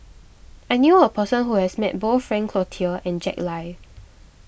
I knew a person who has met both Frank Cloutier and Jack Lai